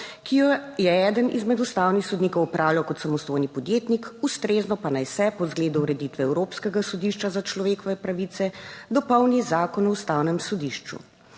ki jo je eden izmed ustavnih sodnikov opravljal kot samostojni podjetnik, ustrezno pa naj se po zgledu ureditve Evropskega sodišča za človekove pravice dopolni zakon o ustavnem sodišču.